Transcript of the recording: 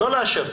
לא לאשר.